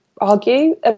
argue